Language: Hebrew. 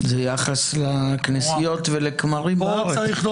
זה יחס לכנסיות ולכמרים בארץ.